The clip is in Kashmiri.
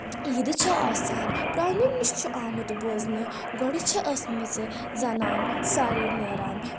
عیٖدٕ چھِ آسان پرانیٚن نِش چھُ آمُت بوزنہٕ گۄڈٕ چھِ ٲسمٕژ زَنان سارے نیران